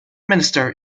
minister